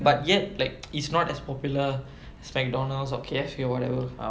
but yet like it's not as popular as McDonald's or K_F_C or whatever